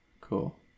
cool